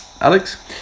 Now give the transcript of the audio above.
Alex